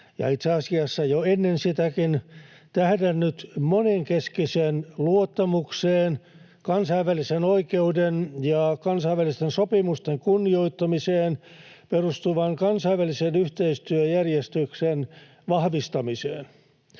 ja itse asiassa jo ennen sitäkin — tähdännyt monenkeskiseen luottamukseen sekä kansainvälisen oikeuden ja kansainvälisten sopimusten kunnioittamiseen perustuvan kansainvälisen yhteistyöjärjestyksen vahvistamiseen.